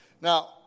now